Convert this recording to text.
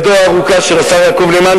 ידו הארוכה של השר יעקב נאמן,